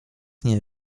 nie